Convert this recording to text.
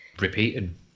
repeating